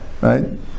right